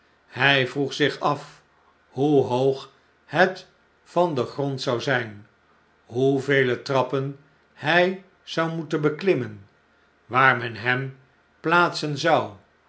hjj vroeg zich at hoe hoog het van den grond zou zjjn hoevele trappen hij zou moeten beklimmen waar men hem plaatsen zou